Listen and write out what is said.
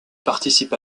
participe